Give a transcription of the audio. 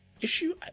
issue